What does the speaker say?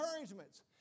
encouragements